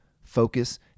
focus